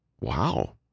wow